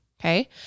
okay